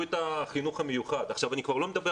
אני כבר לא מדבר